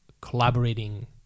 collaborating